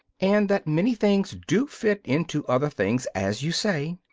and that many things do fit into other things as you say.